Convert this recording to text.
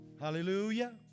Hallelujah